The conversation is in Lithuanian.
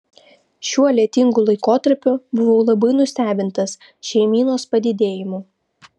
šiuo lietingu laikotarpiu buvau labai nustebintas šeimynos padidėjimu